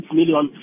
million